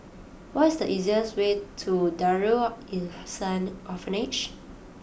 what is the easiest way to Darul Ihsan Orphanage